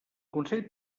consell